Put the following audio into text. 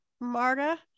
Marta